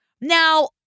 Now